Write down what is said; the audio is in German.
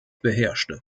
beherrschte